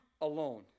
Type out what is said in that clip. alone